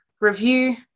review